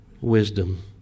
wisdom